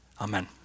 amen